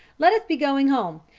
let us be going home.